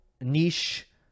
niche